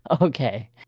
Okay